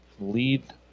Lead